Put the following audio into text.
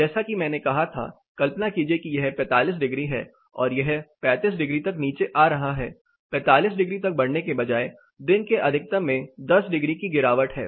जैसा कि मैंने कहा था कल्पना कीजिए कि यह 45 डिग्री है और यह 35 डिग्री तक नीचे आ रहा है 45 तक बढ़ने के बजाय दिन के अधिकतम में 10 डिग्री की गिरावट है